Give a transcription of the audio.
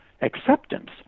acceptance